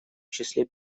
числе